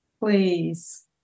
please